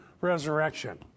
resurrection